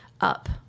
up